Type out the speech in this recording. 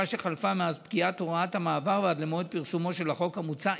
שחלפה מאז פקיעת הוראת המעבר ועד למועד פרסומו של החוק המוצע,